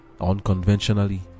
unconventionally